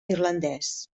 irlandès